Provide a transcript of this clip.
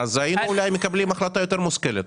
היינו מקבלים אולי החלטה יותר מושכלת.